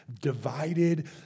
divided